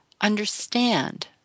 understand